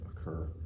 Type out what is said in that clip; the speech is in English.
occur